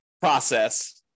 process